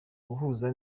guhuza